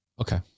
Okay